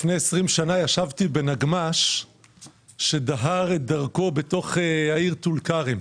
לפני 20 שנה ישבתי בנגמ"ש שדהר את דרכו בתוך העיר טול כרם.